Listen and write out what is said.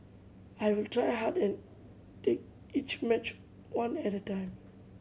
I will try hard and take each match one at a time